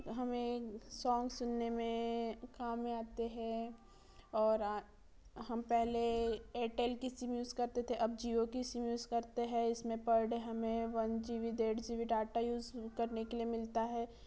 हमें सॉन्ग सुनने में काम में आते हैं और हम पहले एयरटेल की सिम यूज़ करते थे अब जियो की सिम यूज़ करते हैं इसमें पर डे हमें वन जी बी डेढ़ जी बी डाटा यूज़ करने के लिए मिलता है